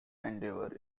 endeavor